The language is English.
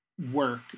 Work